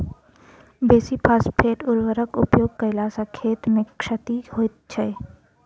बेसी फास्फेट उर्वरकक उपयोग कयला सॅ खेत के क्षति होइत छै